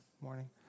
morning